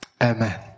Amen